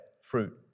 fruit